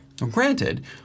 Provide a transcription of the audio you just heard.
Granted